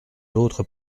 d’autres